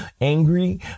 angry